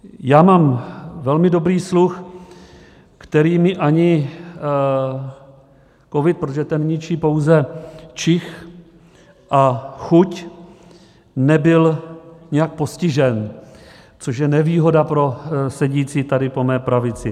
No já mám velmi dobrý sluch, který mi ani covid, protože ten ničí pouze čich a chuť, nebyl nijak postižen, což je nevýhoda pro sedící tady po mé pravici .